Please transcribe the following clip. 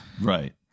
Right